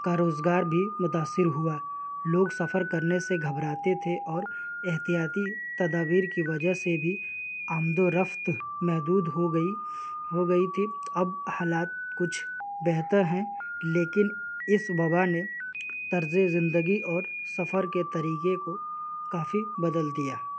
کا روزگار بھی متاثر ہوا لوگ سفر کرنے سے گھبراتے تھے اور احتیاطی تدابیر کی وجہ سے بھی آمد و رفت محدود ہو گئی ہو گئی تھی اب حالات کچھ بہتر ہیں لیکن اس وبا نے طرزِ زندگی اور سفر کے طریقے کو کافی بدل دیا